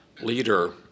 leader